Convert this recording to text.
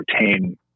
retain